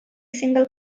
single